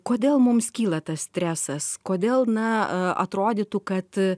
kodėl mums kyla tas stresas kodėl na atrodytų kad